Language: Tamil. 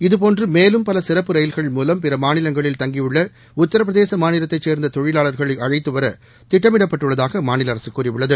இதபோன்று மேலும் பல சிறப்பு ரயில்கள் மூலம் பிற மாநிலங்களில் தங்கியுள்ள உத்திரபிரதேச மாநிலத்தைச் சேர்ந்த தொழிலாளர்களை அழைத்துவர திட்டமிடப்பட்டுள்ளதாக அம்மாநில அரசு கூறியுள்ளது